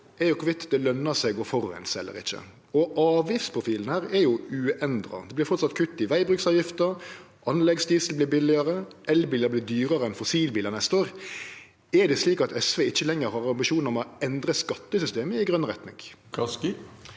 er om det løner seg å forureine eller ikkje. Avgiftsprofilen her er uendra. Det vert framleis kutt i vegbruksavgifta, anleggsdiesel vert billigare, elbilar vert dyrare enn fossilbilar neste år. Er det slik at SV ikkje lenger har ambisjon om å endre skattesystemet i grøn retning?